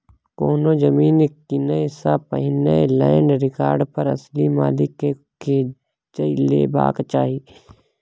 कोनो जमीन कीनय सँ पहिने लैंड रिकार्ड पर असली मालिक केँ खोजि लेबाक चाही